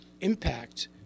impact